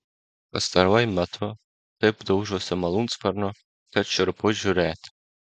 pastaruoju metu taip daužosi malūnsparniu kad šiurpu žiūrėti